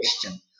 question